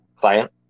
client